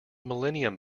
millennium